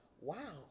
wow